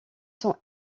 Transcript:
sont